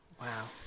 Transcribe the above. Wow